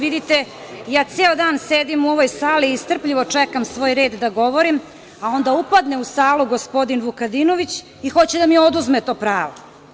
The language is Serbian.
Vidite ceo dan sedim u ovoj sali i strpljivo čekam svoj red da govorim, a onda upadne u salu gospodin Vukadinović i hoće da mi oduzme to pravo.